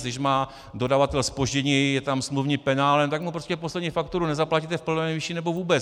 Když má dodavatel zpoždění, je tam smluvní penále, tak mu prostě poslední fakturu nezaplatíte v plné výši nebo vůbec.